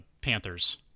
Panthers